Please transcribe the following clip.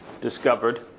discovered